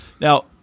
Now